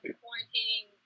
quarantining